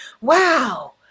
Wow